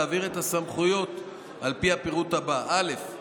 להעביר את הסמכויות על פי הפירוט הבא: א.